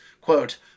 quote